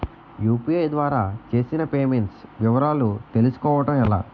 UPI ద్వారా చేసిన payments వివరాలు తెలుసుకోవటం ఎలా?